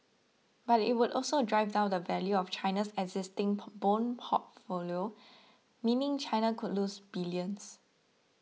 but it would also drive down the value of China's existing bond portfolio meaning China could lose billions